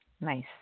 Nice